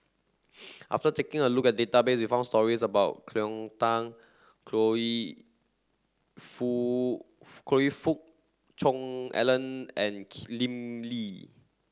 after taking a look at database we found stories about Cleo Thang Fook Cheong Alan and Lim Lee